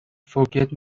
forget